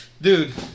Dude